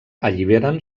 alliberen